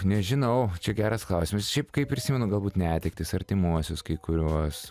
nežinau čia geras klausimas šiaip kai prisimenu galbūt netektis artimuosius kai kuriuos